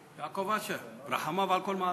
יעקב אשר, רחמיו על כל מעשיו.